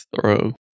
throw